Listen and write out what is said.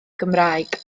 gymraeg